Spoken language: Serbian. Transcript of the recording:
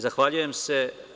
Zahvaljujem se.